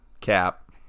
Cap